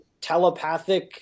telepathic